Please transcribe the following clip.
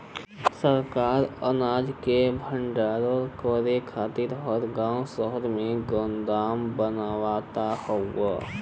सरकार अनाज के भण्डारण करे खातिर हर गांव शहर में गोदाम बनावत हउवे